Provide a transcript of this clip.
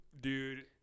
Dude